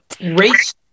race